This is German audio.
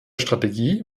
strategie